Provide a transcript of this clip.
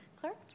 Clerk